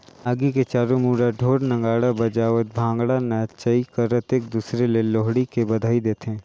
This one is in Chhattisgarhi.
आगी के चारों मुड़ा ढोर नगाड़ा बजावत भांगडा नाचई करत एक दूसर ले लोहड़ी के बधई देथे